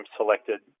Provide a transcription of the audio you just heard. selected